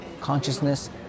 Consciousness